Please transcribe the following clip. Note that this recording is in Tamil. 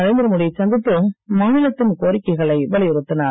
நரேந்திரமோடியை சந்தித்து மாநிலத்தின் கோரிக்கைகளை வலியுறுத்தினார்